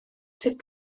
sydd